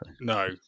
no